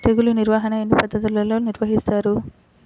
తెగులు నిర్వాహణ ఎన్ని పద్ధతులలో నిర్వహిస్తారు?